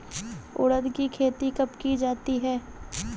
उड़द की खेती कब की जाती है?